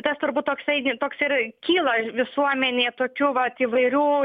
tas turbūt toksai toks ir kyla visuomenėje tokių vat įvairių